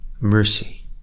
mercy